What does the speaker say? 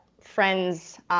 friend's